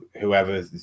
whoever